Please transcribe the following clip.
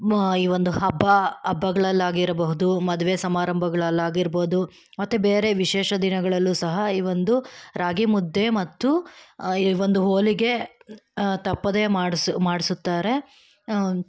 ಈ ಒಂದು ಹಬ್ಬ ಹಬ್ಬಗಳಲ್ ಆಗಿರಬಹುದು ಮದುವೆ ಸಮಾರಂಭಗಳಲ್ಲಿ ಆಗಿರ್ಬೋದು ಮತ್ತು ಬೇರೆ ವಿಶೇಷ ದಿನಗಳಲ್ಲೂ ಸಹ ಈ ಒಂದು ರಾಗಿ ಮುದ್ದೆ ಮತ್ತು ಈ ಒಂದು ಹೋಳಿಗೆ ತಪ್ಪದೇ ಮಾಡ್ಸಿ ಮಾಡಿಸುತ್ತಾರೆ